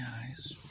eyes